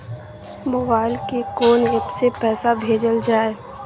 Mobile के कोन app से पैसा भेजल जाए?